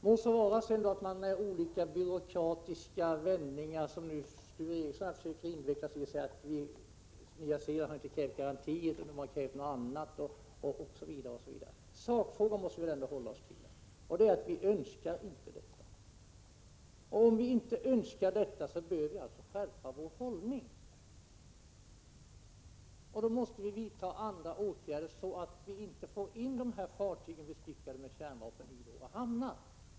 Må så vara att Sture Ericson säger med de byråkratiska vändningar han invecklar sig i att Nya Zeeland inte har krävt garantier, utan att de har krävt något annat, osv. Sakfrågan kvarstår, och det är att vi inte önskar besök av dessa fartyg. Om vi inte önskar detta, bör vi skärpa vår hållning. Då måste vi vidta andra åtgärder, så att vi inte får in kärnvapenbestyckade fartyg i våra hamnar.